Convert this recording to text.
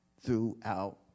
throughout